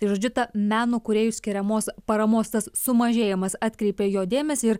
tai žodžiu ta meno kūrėjų skiriamos paramos tas sumažėjimas atkreipė jo dėmesį ir